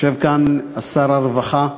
יושב כאן שר הרווחה.